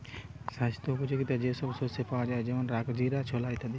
স্বাস্থ্য উপযোগিতা যে সব শস্যে পাওয়া যায় যেমন রাজগীরা, ছোলা ইত্যাদি